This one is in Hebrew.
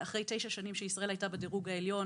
אחרי תשע שנים שישראל הייתה בדירוג העליון,